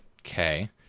Okay